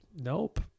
nope